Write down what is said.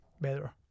better